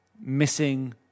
missing